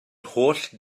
holl